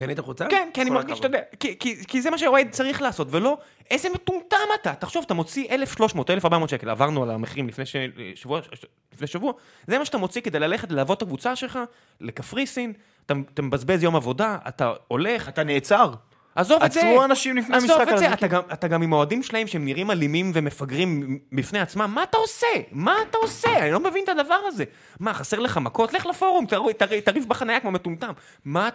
כן, כי אני מרגיש שאתה יודע, כי זה מה שרואה צריך לעשות, ולא איזה מטומטם אתה. תחשוב, אתה מוציא 1,300, 1,400 שקל, עברנו על המחירים לפני שבוע, זה מה שאתה מוציא כדי ללכת ללוות את הקבוצה שלך, לקפריסין, אתה מבזבז יום עבודה, אתה הולך, אתה נעצר, עזוב את זה, עצרו אנשים לפני המשחק עזוב את זה, אתה גם עם האוהדים שלהם שהם נראים אלימים ומפגרים בפני עצמם, מה אתה עושה? מה אתה עושה? אני לא מבין את הדבר הזה. מה, חסר לך מכות? לך לפורום, תריב בחנייה כמו מטומטם. מה...